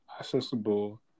accessible